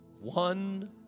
one